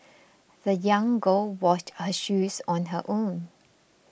the young girl washed her shoes on her own